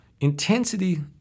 intensity